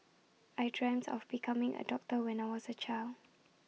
I dreamt of becoming A doctor when I was A child